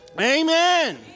Amen